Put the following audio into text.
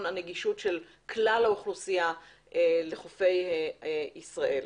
הנגישות של כלל האוכלוסייה לחופי ישראל.